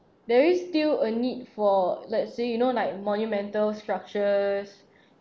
there is still a need for let's say you know like monumental structures